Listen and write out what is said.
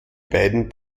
beiden